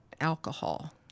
alcohol